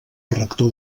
rector